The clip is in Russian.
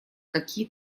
какие